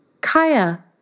Kaya